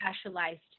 specialized